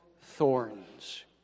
thorns